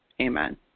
Amen